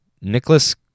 Nicholas